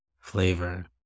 flavor